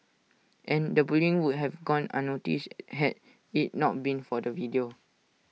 and the bullying would have gone unnoticed had IT not been for the video